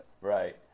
Right